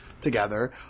together